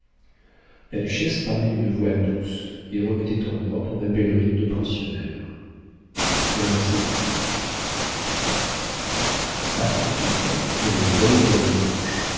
la duchesse parlait d'une voix douce et remettait en ordre ma pèlerine de pensionnaire elle m'a séduite a trente-huit ans elle est belle comme un ange